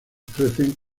ofrecen